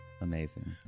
amazing